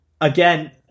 again